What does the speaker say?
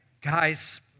Guys